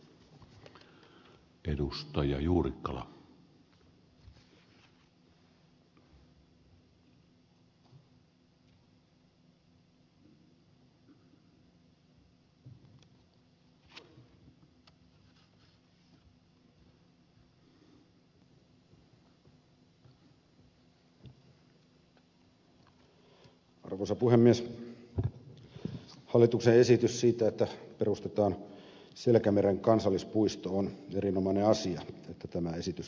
on erinomainen asia että hallituksen esitys siitä että perustetaan selkämeren kansallispuisto on tänne saatu